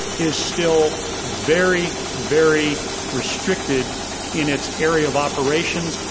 is still very, very restricted in its area of operations,